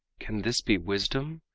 can this be wisdom?